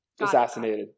Assassinated